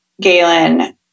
Galen